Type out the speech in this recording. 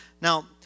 Now